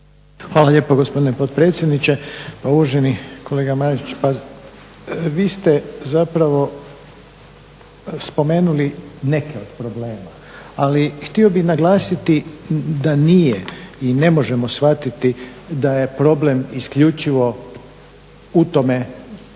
Hvala lijepo gospodine potpredsjedniče. Pa uvaženi kolega Marić, pa vi ste zapravo spomenuli neke od problema, ali htio bih naglasiti da nije i ne možemo shvatiti da je problem isključivo u tome tko će